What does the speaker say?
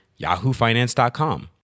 yahoofinance.com